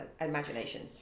imagination